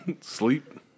Sleep